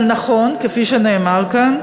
אבל נכון, כפי שנאמר כאן,